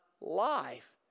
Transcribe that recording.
life